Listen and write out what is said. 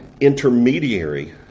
intermediary